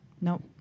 Nope